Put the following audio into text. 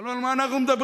הלוא על מה אנחנו מדברים?